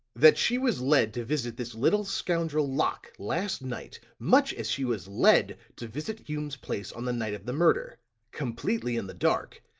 that she was led to visit this little scoundrel locke, last night, much as she was led to visit hume's place on the night of the murder completely in the dark,